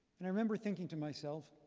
and i remember thinking to myself,